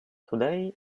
today